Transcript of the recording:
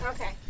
Okay